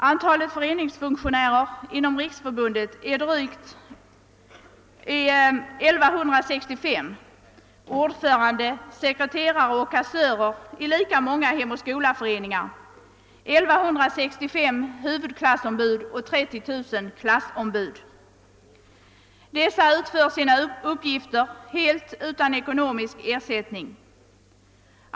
Antalet föreningsfunktionärer inom riksförbundet är 1165 ordförande, sekreterare och kassörer i lika Dessa utför sina uppgifter helt utan ekonomisk ersättning.